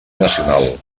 nacional